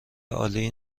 عالی